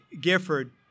Gifford